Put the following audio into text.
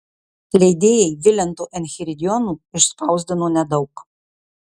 leidėjai vilento enchiridionų išspausdino nedaug